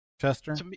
Chester